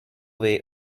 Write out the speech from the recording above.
way